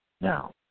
now